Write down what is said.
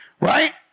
right